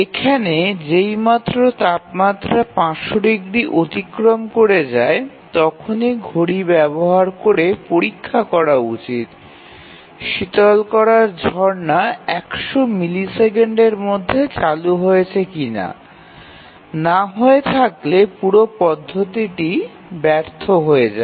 এখানে যেইমাত্র তাপমাত্রা ৫০০ ডিগ্রী অতিক্রম করে যায় তখনই ঘড়ি ব্যবহার করে পরীক্ষা করা উচিত শীতল করার ঝরনা ১০০ মিলিসেকেন্ডের মধ্যে চালু হয়েছে কিনা না হয়ে থাকলে পুরো পদ্ধতিটি ব্যর্থ হয়ে যাবে